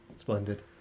splendid